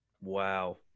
wow